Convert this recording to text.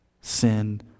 sin